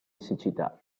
siccità